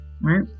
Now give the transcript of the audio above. right